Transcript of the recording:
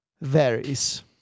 varies